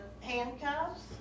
handcuffs